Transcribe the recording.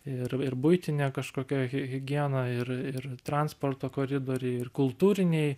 ir ir buitinė kažkokia hi higiena ir ir transporto koridoriai ir kultūriniai